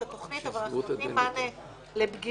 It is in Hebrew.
התכנית אבל אנחנו נותנים מענה לבגירות,